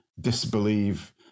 disbelieve